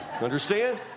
Understand